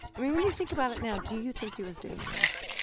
i mean, when you think about it now, do you think he was dangerous?